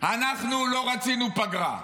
אנחנו לא רצינו פגרה.